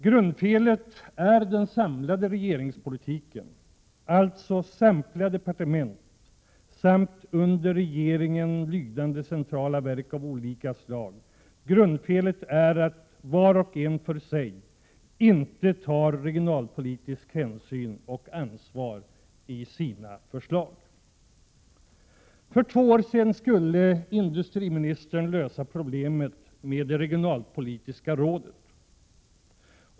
Grundfelet med den samlade regeringspolitiken — det gäller alltså samtliga departement samt under regeringen lydande centrala verk av olika slag — är att var och en för sig inte tar regionalpolitisk hänsyn och ansvar i sina förslag. För två år sedan skulle industriministern lösa problemet med det regionalpolitiska rådet.